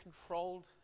controlled